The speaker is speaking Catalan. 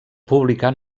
publicar